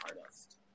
artist